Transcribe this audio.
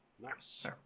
Nice